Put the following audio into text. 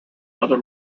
other